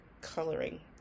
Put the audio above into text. coloring